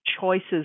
choices